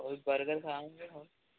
ਓਹ ਬਰਗਰ ਖਾ ਆਉਂਦੇ